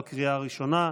לקריאה הראשונה.